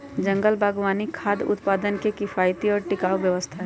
जंगल बागवानी खाद्य उत्पादन के किफायती और टिकाऊ व्यवस्था हई